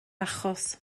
achos